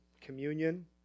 communion